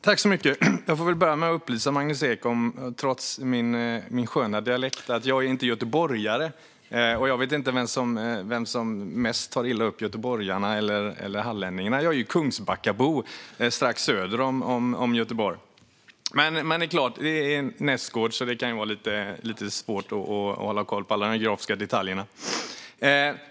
Fru talman! Jag får börja med att upplysa Magnus Ek om att jag trots min sköna dialekt inte är göteborgare. Jag vet inte vem som tar mest illa upp, göteborgarna eller hallänningarna - jag är ju Kungsbackabo, från strax söder om Göteborg. Det är nästgårds, så det kan ju vara lite svårt att hålla koll på alla de geografiska detaljerna.